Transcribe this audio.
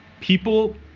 people